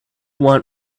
want